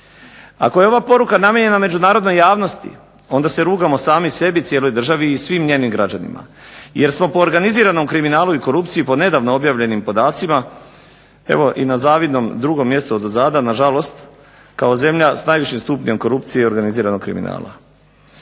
Ako je ova poruka namijenjena međunarodnoj javnosti, onda se rugamo sami sebi, cijeloj državi i svim njenim građanima, jer smo po organiziranom kriminalu i korupciji po nedavno objavljenim podacima evo i na zavidnom drugom mjestu odozada nažalost kao zemlja sa najvišem stupnjem korupcije i organiziranog kriminala.